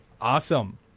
Awesome